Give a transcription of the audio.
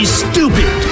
stupid